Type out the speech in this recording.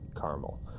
caramel